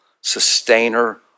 sustainer